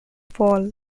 fall